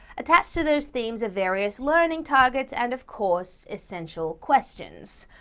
attached to those themes are various learning targets, and of course, essential questions.